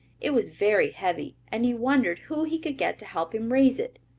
it was very heavy and he wondered who he could get to help him raise it.